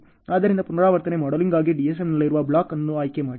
ಆದ್ದರಿಂದ ಪುನರಾವರ್ತನೆ ಮಾಡೆಲಿಂಗ್ಗಾಗಿ ಡಿಎಸ್ಎಂDSMನಲ್ಲಿರುವ ಬ್ಲಾಕ್ ಅನ್ನು ಆಯ್ಕೆ ಮಾಡಿ